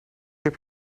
heb